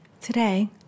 Today